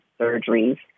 surgeries